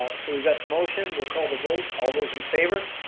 ah so we've got the motion, we'll call the vote. all those in favor?